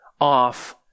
off